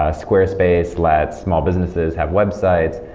ah squarespace lets small businesses have websites.